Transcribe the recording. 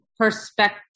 perspective